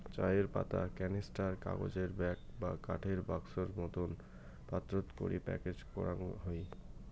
চায়ের পাতা ক্যানিস্টার, কাগজের ব্যাগ বা কাঠের বাক্সোর মতন পাত্রত করি প্যাকেজ করাং হই